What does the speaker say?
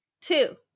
two